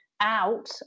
out